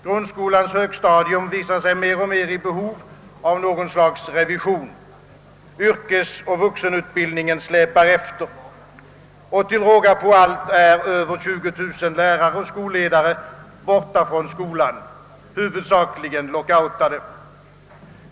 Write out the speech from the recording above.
Grundskolans högstadium visar sig mer och mer i behov av något slags revision. Yrkesoch vuxenutbildningen släpar efter. Till råga på allt är 20 000 lärare och skolledare borta från skolan, huvudsakligen lockoutade.